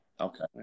Okay